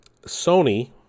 Sony